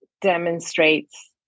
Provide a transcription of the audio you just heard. demonstrates